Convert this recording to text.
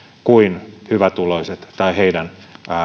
kuin hyvätuloiset tai heidän